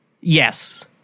yes